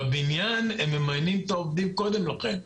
בבניין הם ממיינים את העובדים קודם לכן,